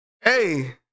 Hey